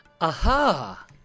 Aha